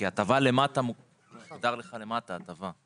כי מוגדר לך למטה הטבה.